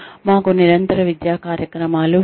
మాకు నిరంతర విద్యా కార్యక్రమాలు ఉన్నాయి